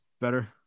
better